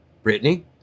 Brittany